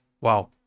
wow